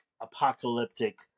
apocalyptic